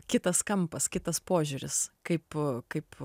kitas kampas kitas požiūris kaip kaip